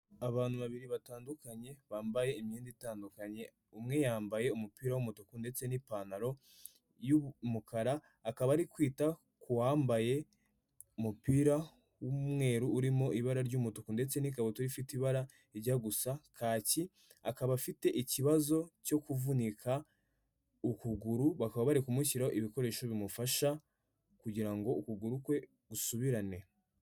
Abantu babiri batandukanye bambaye imyenda itandukanye umwe yambaye umupira w'umutuku ndetse n'ipantaro y'umukara akaba ari kwita kuwambaye umupira w'umweru urimo ibara ry'umutuku ndetse n'ikabutura ifite ibara rijya gusa kacyi akaba afite ikibazo cyo kuvunika ukuguru, bakaba bari kumushyiraho ibikoresho bimufasha kugira ngo ukuguru kwe gusubirane.